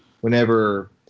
whenever